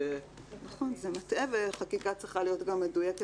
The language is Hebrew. זה מטעה וחקיקה צריכה להיות גם מדויקת